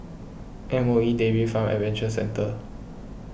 M O E Dairy Farm Adventure Centre